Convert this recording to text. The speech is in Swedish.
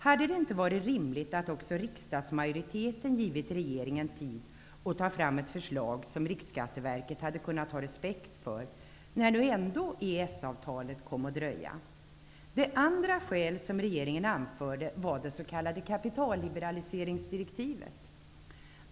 Hade det inte varit rimligt att också riksdagsmajoriteten givit regeringen tid att ta fram ett förslag som Riksskatteverket hade kunnat ha respekt för när nu ändå EES-avtalet kom att dröja? Det andra skälet som regeringen anförde var det s.k. kapitalliberaliseringsdirektivet.